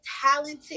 talented